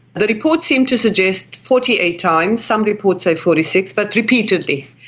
the reports seemed to suggest forty eight times, some reports say forty six, but repeatedly.